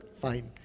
fine